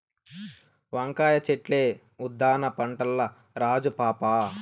వంకాయ చెట్లే ఉద్దాన పంటల్ల రాజు పాపా